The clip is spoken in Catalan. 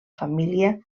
família